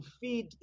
feed